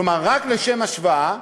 כלומר, רק לשם השוואה,